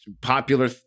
popular